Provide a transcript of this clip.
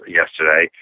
yesterday